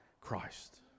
Christ